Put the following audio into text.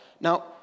Now